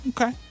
okay